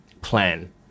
plan